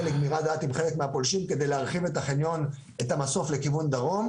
לגמירת דעת עם חלק מהפולשים כדי להרחיב את המסוף לכיוון דרום.